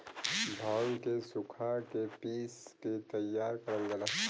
भांग के सुखा के पिस के तैयार करल जाला